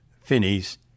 Finney's